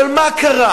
אבל מה קרה?